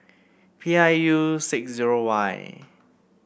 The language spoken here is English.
P I U six zero Y